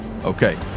Okay